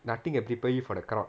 nothing can prepare you for the crowd